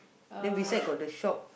then beside got the shop